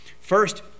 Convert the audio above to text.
First